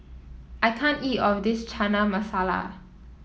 I can't eat of this Chana Masala